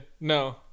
No